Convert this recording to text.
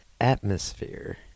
atmosphere